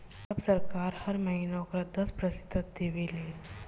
तब सरकार हर महीना ओकर दस प्रतिशत देवे ले